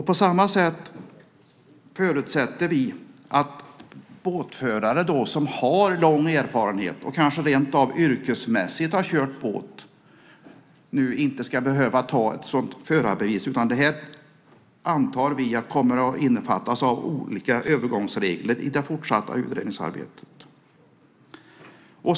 På samma sätt förutsätter vi att båtförare som har lång erfarenhet och kanske rent av har kört båt yrkesmässigt inte ska behöva förarbevis. Vi antar att det kommer att innefattas av olika övergångsregler i det fortsatta utredningsarbetet.